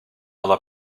other